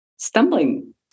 Stumbling